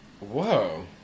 Whoa